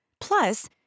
Plus